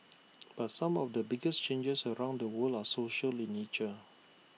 but some of the biggest changes around the world are social in nature